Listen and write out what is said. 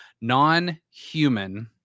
non-human